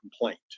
complaint